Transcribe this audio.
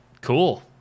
Cool